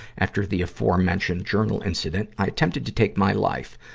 after the aforementioned journal incident, i attempted to take my life,